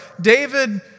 David